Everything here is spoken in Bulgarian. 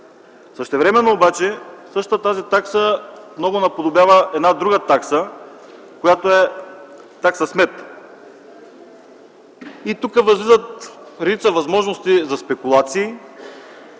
Същевременно обаче същата тази такса много наподобява друга такса, която е такса „Смет”. Тук възникват редица възможности за спекулации